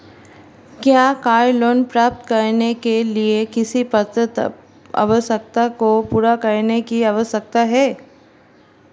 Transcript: क्या car loan प्राप्त करने के लिए किसी पात्रता आवश्यकता को पूरा करने की आवश्यकता है?